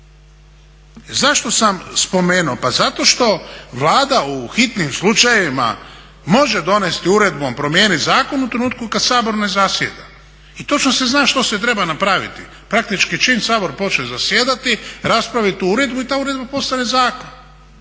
Zašto sam spomenuo, pa zato što Vlada u hitnim slučajevima može donijeti uredbom, promijeniti zakon u trenutku kad Sabor ne zasjeda i točno se zna što se treba napraviti, praktički čim Sabor počne zasjedati raspravit tu uredbu i ta uredba postane zakon.